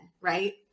right